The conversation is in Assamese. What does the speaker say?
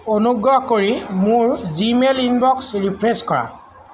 অনুগ্ৰহ কৰি মোৰ জিমেইল ইনবক্স ৰিফ্ৰেছ কৰা